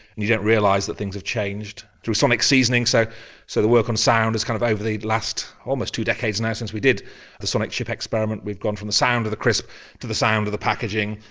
and you don't realise that things have changed through sonic seasoning. so so the work on sound is kind of over the last almost two decades now since we did the sonic chip experiment, we've gone from the sound of the crisp to the sound of the packaging,